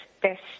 best